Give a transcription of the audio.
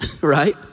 right